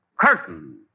Curtain